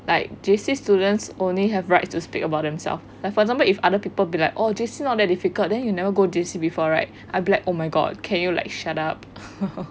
like J_C students only have rights to speak about themself like for example if other people be like oh J_C not that difficult then you never go J_C before right I'll be like oh my god can you like shut up